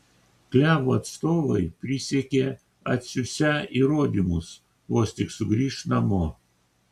klevo atstovai prisiekė atsiųsią įrodymus vos tik sugrįš namo